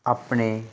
ਆਪਣੇ